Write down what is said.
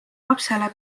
lapsele